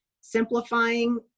simplifying